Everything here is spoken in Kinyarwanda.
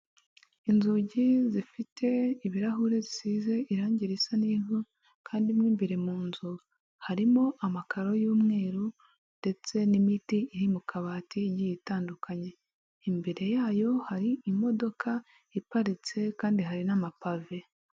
Inzugi zifite ibirahure zisize irange risa n'ivu kandi mu imbere mu nzu harimo amakaro y'umweru ndetse n'imiti iri mu kabati igiye itandukanye, imbere yayo hari imodoka iparitse kandi hari n'amapave.